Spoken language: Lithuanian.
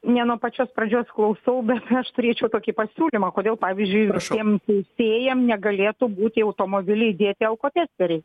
ne nuo pačios pradžios klausau bet aš turėčiau tokį pasiūlymą kodėl pavyzdžiui tiems teisėjam negalėtų būti automobiliai įdėti alkotesteriai